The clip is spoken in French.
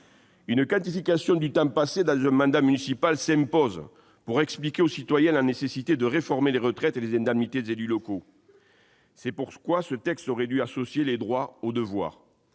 Une quantification du temps qu'exige l'exercice d'un mandat municipal s'impose pour expliquer aux citoyens la nécessité de réformer les retraites et les indemnités des élus locaux. À cet égard, ce texte aurait dû associer les droits et les devoirs.